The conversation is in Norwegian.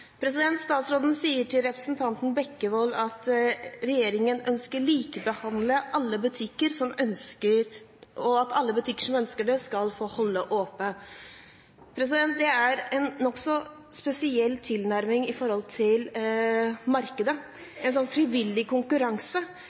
Statsråden sier til representanten Bekkevold at regjeringen ønsker likebehandling – at alle butikker som ønsker det, skal få holde åpent. Det er en nokså spesiell tilnærming med tanke på markedet – en frivillig konkurranse.